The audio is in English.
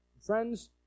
Friends